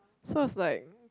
so I was like